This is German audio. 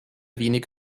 wenig